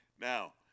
Now